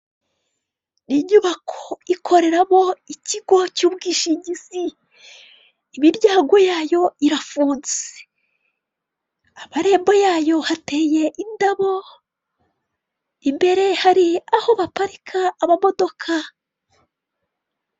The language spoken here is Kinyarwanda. Inyubako ikoreramo ikigo cy'ubwishingizi, imiryango yayo irafunze. Amarembo yayo hateye indabo, imbere hari aho baparika amamodoka.